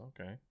okay